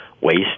waste